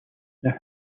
there